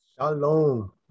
Shalom